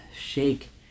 shake